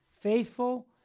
faithful